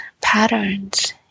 patterns